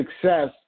success